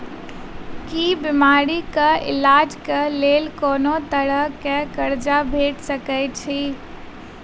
की बीमारी कऽ इलाज कऽ लेल कोनो तरह कऽ कर्जा भेट सकय छई?